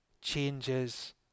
changes